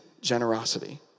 generosity